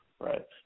Right